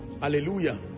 Hallelujah